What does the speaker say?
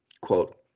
quote